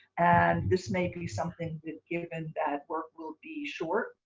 and this may be something that given that work will be short,